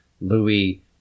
Louis